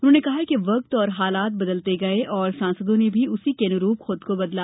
उन्होंने कहा कि वक्त और हालात बदलते गये और सांसदों ने भी उसी के अनुरूप खुद को बदला